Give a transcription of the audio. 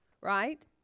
right